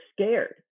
scared